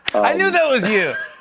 i knew that was you!